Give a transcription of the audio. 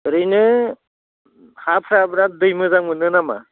ओरैनो हा साफ्रा दै मोजां मोनो नामा